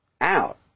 out